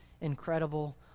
incredible